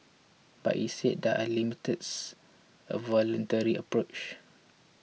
but it said there are limits a voluntary approach